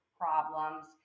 problems